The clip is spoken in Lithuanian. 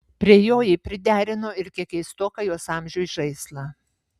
prie jo ji priderino ir kiek keistoką jos amžiui žaislą